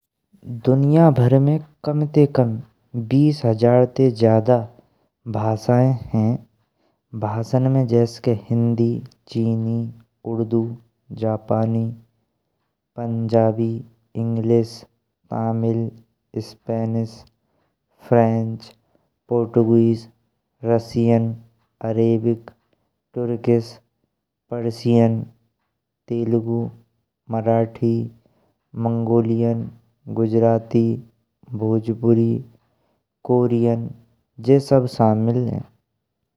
दुनिया भर में कम ते कम बीस हजार ते ज्यादा भाषाएँ हैं। भाषन में जैसे के हिंदी, चीनी, उर्दू, जापानी, Punjabi, English, Tamil, Spanish, French, पुर्तगाली, रूसी, अरबी, तुर्की, फारसी, तेलुगु, मराठी, मंगोलियन, गुजराती, भोजपुरी, कोरियन जे सब शामिल हैं।